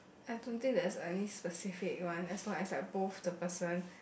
I don't think there's any specific one as long as like both the person